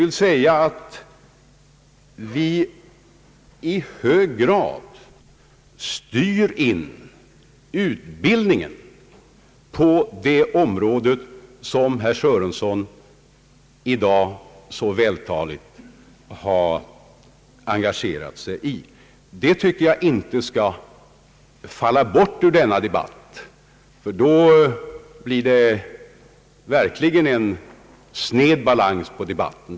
Detta innebär att vi i hög grad styr in utbildningen på det område som herr Sörenson i dag så vältaligt har engagerat sig för. Jag tycker inte detta skall falla bort ur debatten, ty då får den en sned balans.